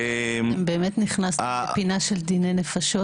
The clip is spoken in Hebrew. אם באמת נכנסת לפינה של דיני נפשות,